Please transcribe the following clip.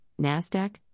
Nasdaq